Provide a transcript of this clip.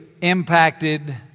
impacted